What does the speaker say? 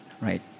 right